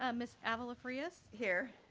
um miss avila farias? here.